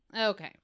okay